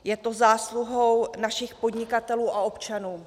Je to zásluhou našich podnikatelů a občanů.